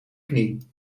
knie